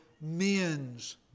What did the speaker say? men's